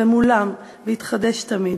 ומולם, והתחדש תמיד.